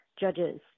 judges